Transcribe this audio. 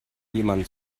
jemand